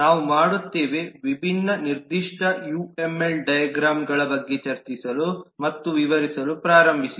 ನಾವು ಮಾಡುತ್ತೇವೆ ವಿಭಿನ್ನ ನಿರ್ದಿಷ್ಟ ಯುಎಂಎಲ್ ಡೈಗ್ರಾಮ್ಗಳ ಬಗ್ಗೆ ಚರ್ಚಿಸಲು ಮತ್ತು ವಿವರಿಸಲು ಪ್ರಾರಂಭಿಸಿ